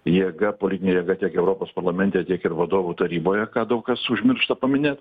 jėga politinė jėga tiek europos parlamente tiek ir vadovų taryboje kad daug kas užmiršta paminėt